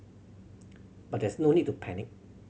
but there is no need to panic